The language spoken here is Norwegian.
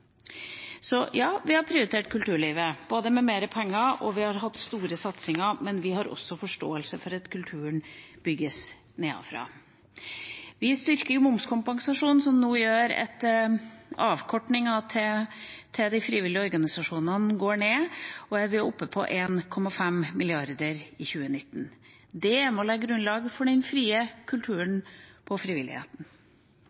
Så ja, vi har prioritert kulturlivet, med både mer penger og store satsinger, men vi har også forståelse for at kulturen bygges nedenfra. Vi styrker momskompensasjonen, som nå gjør at avkortningen til de frivillige organisasjonene går ned, og vi er oppe på 1,5 mrd. kr i 2019. Det er med på å legge grunnlaget for den frie kulturen